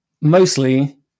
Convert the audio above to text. Mostly